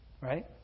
Right